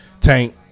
Tank